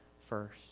first